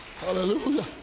Hallelujah